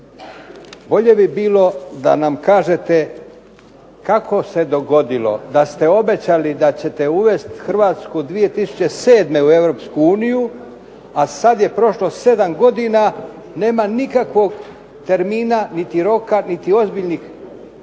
bolje bi bilo da nam kažete kako se dogodilo da ste obećali da ćete uvesti HRvatsku 2007. u EU a sada je prošlo 7 godina. Nema nikakvog termina, niti roka, niti ozbiljnih upozorenja